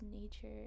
nature